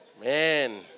Man